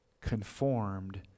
conformed